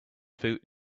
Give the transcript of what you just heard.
food